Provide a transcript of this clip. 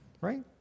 right